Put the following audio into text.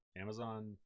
Amazon